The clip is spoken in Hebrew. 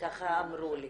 ככה אמרו לי.